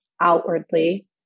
outwardly